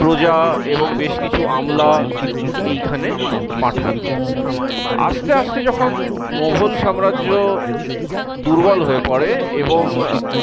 প্রজা এবং বেশ কিছু আমলা এইখানে পাঠান আস্তে আস্তে যখন মোঘল সাম্রাজ্য দুর্বল হয়ে পড়ে এবং